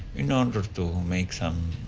in order to make some